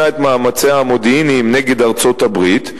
את מאמציה המודיעיניים נגד ארצות-הברית,